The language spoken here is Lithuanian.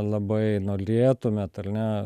labai nolėtumėt al ne